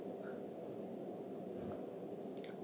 S